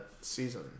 season